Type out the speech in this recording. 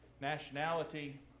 nationality